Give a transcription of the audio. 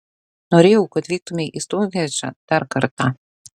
norėjau kad vyktumei į stounhendžą dar kartą